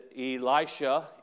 Elisha